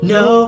no